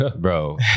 Bro